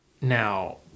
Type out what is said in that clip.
now